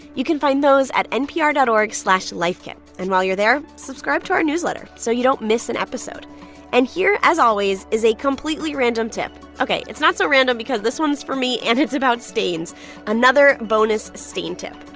you can find those at npr dot org slash lifekit. and while you're there, subscribe to our newsletter so you don't miss an episode and here, as always, is a completely random tip. ok. it's not so random because this one's for me, and it's about stains another bonus stain tip.